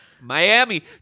Miami